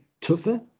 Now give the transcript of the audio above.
tougher